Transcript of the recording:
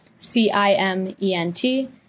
C-I-M-E-N-T